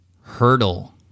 Hurdle